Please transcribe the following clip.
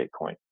Bitcoin